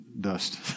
dust